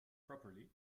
properly